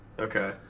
Okay